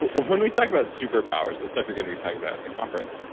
when we talk about superpowers the stuff you're going to be talking about at the conference,